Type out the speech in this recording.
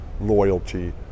loyalty